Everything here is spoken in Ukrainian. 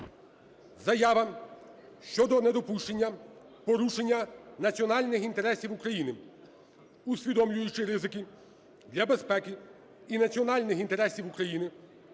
Заява щодо недопущення порушення національних інтересів України. Усвідомлюючи ризики для безпеки і національних інтересів України,